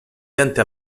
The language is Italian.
dente